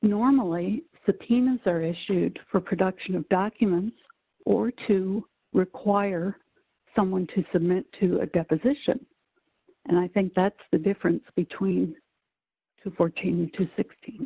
normally subpoenas are issued for production of documents or to require someone to submit to a deposition and i think that's the difference between two hundred and fourteen to sixteen